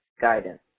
guidance